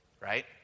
Right